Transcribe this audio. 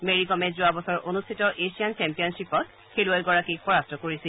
মেৰিকমে যোৱাবছৰ অনুষ্ঠিত এছিয়ান ছেম্পিয়নশ্বিপত খেলুৱৈগৰাকীক পৰাস্ত কৰিছিল